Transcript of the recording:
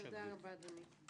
תודה, אדוני.